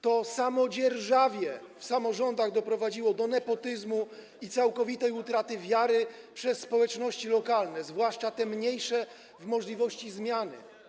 To samodzierżawie w samorządach doprowadziło do nepotyzmu i całkowitej utraty przez społeczności lokalne, zwłaszcza te mniejsze, wiary w możliwość zmiany.